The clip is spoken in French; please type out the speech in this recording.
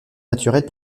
naturelle